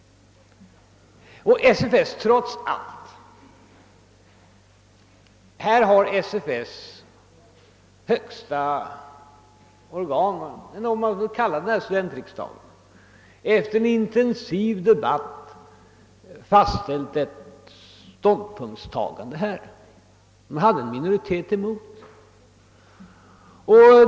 Här har ju SFS:s högsta beslutande organ — vi kanske kan kalla det studentriksdagen — efter intensiv debatt intagit en ståndpunkt gentemot en minoritet.